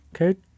Okay